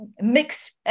mixed